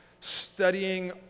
studying